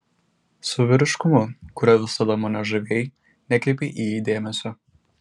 su vyriškumu kuriuo visada mane žavėjai nekreipei į jį dėmesio